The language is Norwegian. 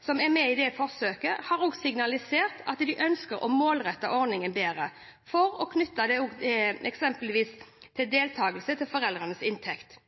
som er med i forsøket, har signalisert at de ønsker å målrette ordningen bedre, f.eks. ved å knytte deltakelse til foreldrenes inntekt.